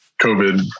COVID